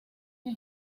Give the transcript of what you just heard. que